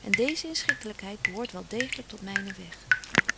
en deeze inschikkelykheid behoort wel degelyk tot mynen weg